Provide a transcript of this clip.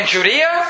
Judea